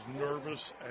nervous